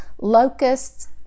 locusts